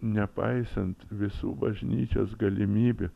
nepaisant visų bažnyčios galimybių